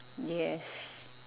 yes